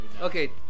Okay